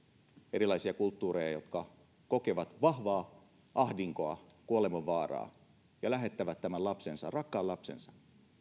erilaisia kulttuureja jotka kokevat vahvaa ahdinkoa kuolemanvaaraa ja lähettävät rakkaan lapsensa